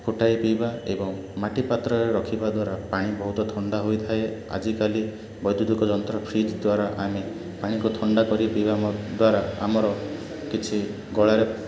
ଫୁଟାଇ ପିଇବା ଏବଂ ମାଟି ପାତ୍ରରେ ରଖିବା ଦ୍ୱାରା ପାଣି ବହୁତ ଥଣ୍ଡା ହୋଇଥାଏ ଆଜିକାଲି ବୈଦ୍ୟୁତିକ ଯନ୍ତ୍ର ଫ୍ରିଜ୍ ଦ୍ୱାରା ଆମେ ପାଣିକୁ ଥଣ୍ଡା କରି ପିଇବା ଆମ ଦ୍ୱାରା ଆମର କିଛି ଗଳାରେ